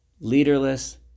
leaderless